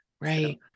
Right